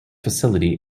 facility